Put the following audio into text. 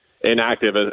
inactive